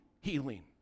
healing